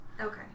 okay